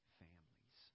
families